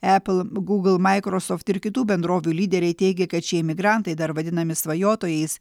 epl gūgl maikrosoft ir kitų bendrovių lyderiai teigia kad šie imigrantai dar vadinami svajotojais